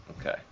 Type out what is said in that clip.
Okay